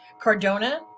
Cardona